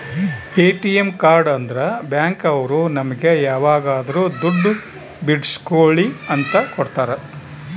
ATM card ಅಂದ್ರ bank ಅವ್ರು ನಮ್ಗೆ ಯಾವಾಗದ್ರು ದುಡ್ಡು ಬಿಡ್ಸ್ಕೊಳಿ ಅಂತ ಕೊಡ್ತಾರ